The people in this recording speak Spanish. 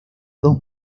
dos